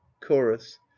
chorus